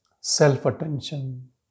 self-attention